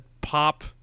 pop